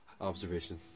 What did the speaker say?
observation